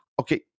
okay